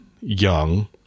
young